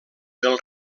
del